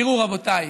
תראו, רבותיי,